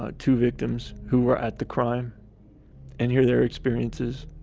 ah two victims who were at the crime and hear their experiences.